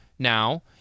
now